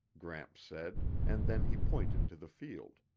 gramps said, and then he pointed to the field.